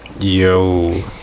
Yo